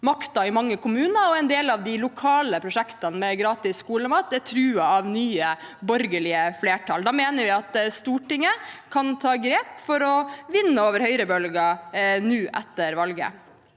makten i mange kommuner, og en del av de lokale prosjektene med gratis skolemat er truet av nye borgerlige flertall. Da mener vi at Stortinget kan ta grep for å vinne over høyrebølgen nå etter valget.